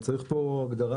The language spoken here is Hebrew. צריך פה הגדרה.